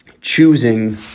choosing